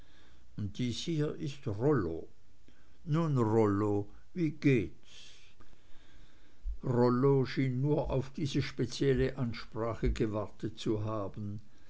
hier ist rollo nun rollo wie geht's rollo schien nur auf diese spezielle ansprache gewartet zu haben